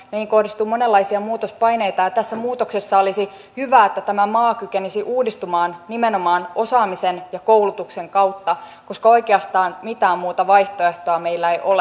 meihin kohdistuu monenlaisia muutospaineita ja tässä muutoksessa olisi hyvä että tämä maa kykenisi uudistumaan nimenomaan osaamisen ja koulutuksen kautta koska oikeastaan mitään muuta vaihtoehtoa meillä ei ole